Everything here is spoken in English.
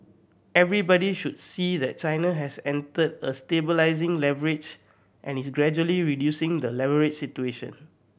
everybody should see that China has entered a stabilising leverage and is gradually reducing the leverage situation